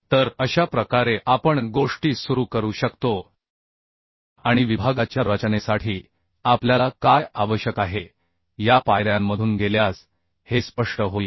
तर अशा प्रकारे आपण गोष्टी सुरू करू शकतो आणि विभागाच्या रचनेसाठी आपल्याला काय आवश्यक आहे या पायऱ्यांमधून गेल्यास हे स्पष्ट होईल